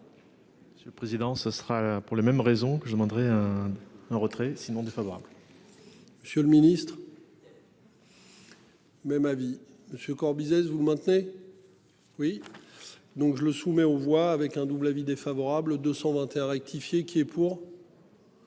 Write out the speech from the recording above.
Monsieur le président, ce sera pour les mêmes raisons que je demanderai. Un retrait sinon défavorable. La France. Monsieur le ministre. Même avis monsieur Corbizet si vous le maintenez. Oui. Donc, je le soumets aux voit avec un double avis défavorable 221 rectifié qui est pour.